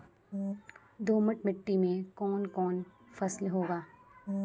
दोमट मिट्टी मे कौन कौन फसल होगा?